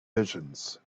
visions